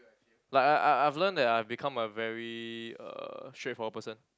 like I I I I've learn that I become a very uh straightforward person